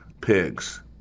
pigs